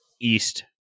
east